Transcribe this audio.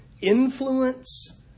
influence